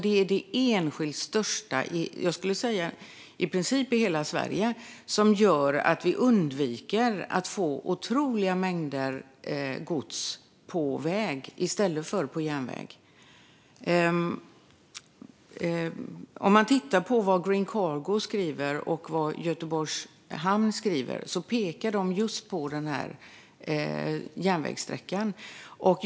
Det är det enskilt största, i princip i hela Sverige, som gör att vi undviker att få otroliga mängder gods på väg i stället för på järnväg. Green Cargo och Göteborgs hamn pekar på den järnvägssträckan.